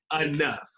enough